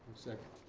second?